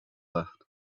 left